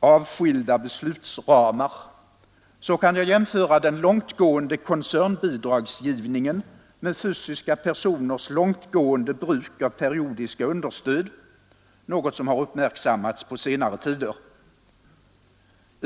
avskilda beslutsram, så kan jag jämföra den långtgående koncernbidragsgivningen med fysiska personers långtgående bruk av periodiska understöd — något som har uppmärksammats på senare tid.